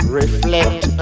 reflect